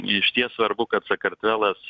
išties svarbu kad sakartvelas